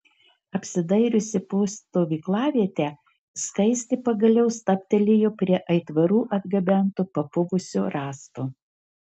apsidairiusi po stovyklavietę skaistė pagaliau stabtelėjo prie aitvarų atgabento papuvusio rąsto